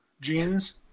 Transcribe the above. genes